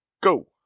go